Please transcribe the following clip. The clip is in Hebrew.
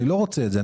אני לא רוצה את זה.